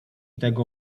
tego